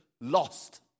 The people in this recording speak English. lost